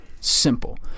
simple